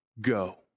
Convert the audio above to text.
go